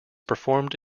performed